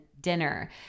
dinner